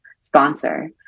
sponsor